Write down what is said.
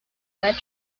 wet